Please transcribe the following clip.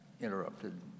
interrupted